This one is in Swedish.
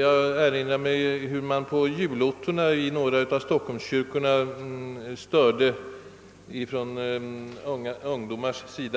Jag erinrar mig hur ungdomar störde julottorna i några :av Stockholms kyrkor, men sådana inslag tycks under senare år såvitt